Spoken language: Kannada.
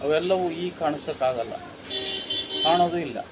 ಅವೆಲ್ಲವೂ ಈಗ ಕಾಣ್ಸಕ್ಕೆ ಆಗೋಲ್ಲ ಕಾಣೋದೂ ಇಲ್ಲ